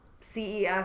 ces